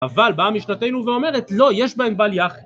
אבל באה משנתיו ואומרת, לא, יש בהם בל יח...